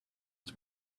its